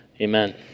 Amen